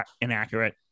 inaccurate